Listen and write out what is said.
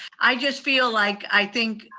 i just feel like i think